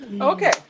okay